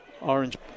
orange